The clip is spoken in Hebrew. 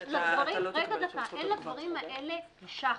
אין לדברים האלה שחר.